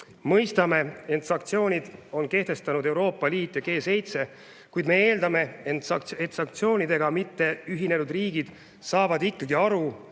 Mõistame, et sanktsioonid on kehtestanud Euroopa Liit ja G7, kuid me eeldame, et sanktsioonidega mitteühinenud riigid saavad ikkagi aru